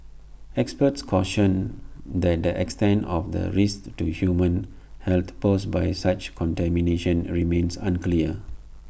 experts cautioned that the extent of the risk to human health posed by such contamination remains unclear